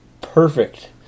perfect